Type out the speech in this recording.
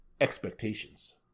expectations